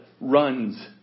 runs